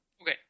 okay